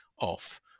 off